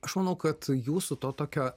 aš manau kad jūsų to tokio